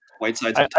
Whiteside's